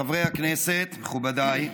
חברי הכנסת, מכובדיי,